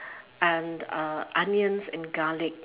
and uh onions and garlic